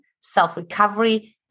self-recovery